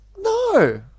No